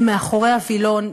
מאחורי הווילון,